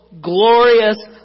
glorious